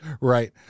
Right